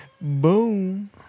Boom